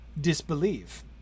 disbelieve